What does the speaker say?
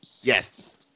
Yes